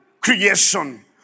creation